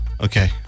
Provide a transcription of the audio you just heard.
Okay